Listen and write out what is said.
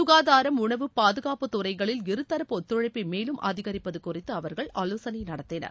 சுகாதாரம் உணவுப் பாதுகாப்பு துறைகளில் இருதரப்பு ஒத்துழைப்பை மேலும் அதிகரிப்பது குறித்து அவர்கள் ஆலோசனை நடத்தினர்